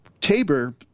Tabor